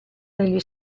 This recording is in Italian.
negli